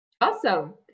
Awesome